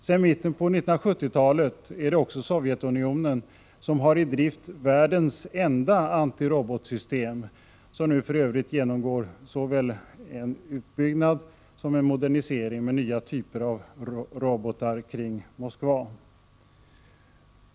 Sedan mitten av 1970-talet är det också Sovjetunionen som har i drift världens enda anti-robotsystem, som nu för övrigt genomgår såväl en utbyggnad som en modernisering med nya typer av robotar kring Moskva.